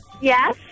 Yes